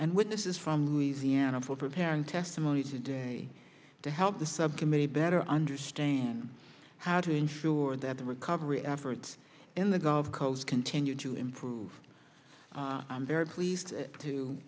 and witnesses from louisiana for preparing testimony today to help the subcommittee better understand how to ensure that the recovery efforts in the gulf coast continue to improve i'm very pleased to